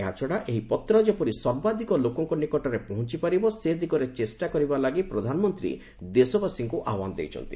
ଏହାଛଡ଼ା ଏହି ପତ୍ର ଯେପରି ସର୍ବାଧିକ ଲୋକଙ୍କ ନିକଟରେ ପହଞ୍ଚପାରିବ ସେଦିଗରେ ଚେଷ୍ଟା କରିବା ଲାଗି ପ୍ରଧାନମନ୍ତ୍ରୀ ଦେଶବାସୀଙ୍କୁ ଆହ୍ୱାନ ଦେଇଛନ୍ତି